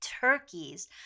turkeys